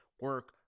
Work